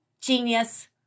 genius